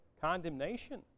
condemnation